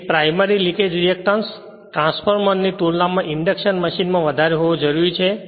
તેથી primary leakage reactance ટ્રાન્સફોર્મરની તુલનામાં ઇન્ડેક્શન મશીન માં વધારે હોવો જરૂરી છે